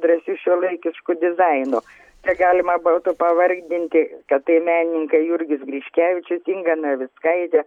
drąsiu šiuolaikišku dizainu čia galima būtų pavargdinti kad tai menininkai jurgis griškevičius inga navickaitė